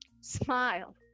Smile